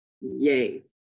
yay